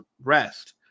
rest